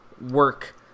work